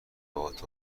بابات